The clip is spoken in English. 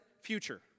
future